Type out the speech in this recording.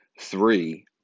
three